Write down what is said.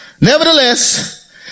Nevertheless